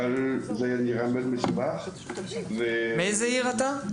אבל זה נראה מאוד מסובך --- מאיזו עיר אתה?